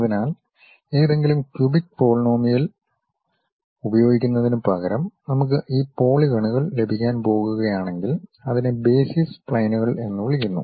അതിനാൽ ഏതെങ്കിലും ക്യൂബിക് പോളിനോമിയലുകൾ ഉപയോഗിക്കുന്നതിനുപകരം നമുക്ക് ഈ പോളിഗണുകൾ ലഭിക്കാൻ പോകുകയാണെങ്കിൽ അതിനെ ബേസിസ് സ്പ്ലൈനുകൾ എന്ന് വിളിക്കുന്നു